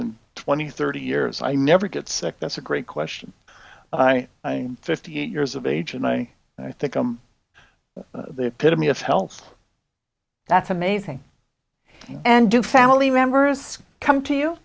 and twenty thirty years i never get sick that's a great question i'm fifty eight years of age and i i think i'm proud of me of health that's amazing and do family members come to you